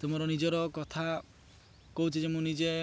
ତ ମୋର ନିଜର କଥା କହୁଚି ଯେ ମୁଁ ନିଜେ